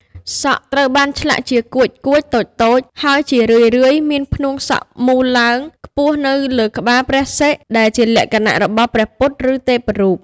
សក់ត្រូវបានឆ្លាក់ជា កួចៗតូចៗ ហើយជារឿយៗមានផ្នួងសក់មូលឡើងខ្ពស់នៅលើក្បាលព្រះសិរ ដែលជាលក្ខណៈរបស់ព្រះពុទ្ធ ឬទេពរូប។